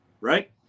right